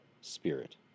Spirit